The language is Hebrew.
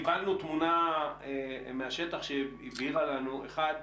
קיבלנו תמונה מהשטח שהבהירה לנו אחד,